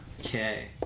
okay